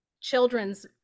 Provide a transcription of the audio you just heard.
children's